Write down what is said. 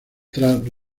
tras